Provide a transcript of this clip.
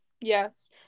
Yes